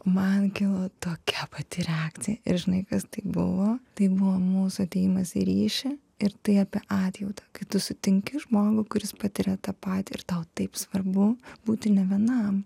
man kilo tokia pati reakcija ir žinai kas tai buvo tai buvo mūsų atėjimas į ryšį ir tai apie atjautą kai tu sutinki žmogų kuris patiria tą patį ir tau taip svarbu būti ne vienam